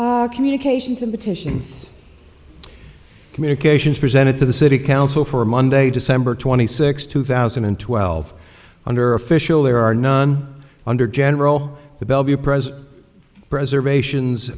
our communications and petitions communications presented to the city council for monday december twenty sixth two thousand and twelve under official there are none under general the bellevue pres preservations